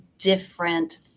different